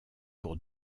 pour